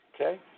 Okay